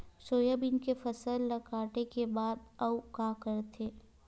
Soybean के फसल ल काटे के बाद आऊ का करथे?